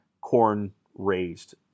corn-raised